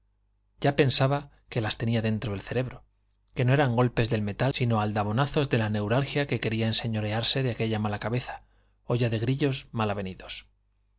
ya pensaba que las tenía dentro del cerebro que no eran golpes del metal sino aldabonazos de la neuralgia que quería enseñorearse de aquella mala cabeza olla de grillos mal avenidos